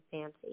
fancy